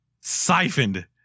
siphoned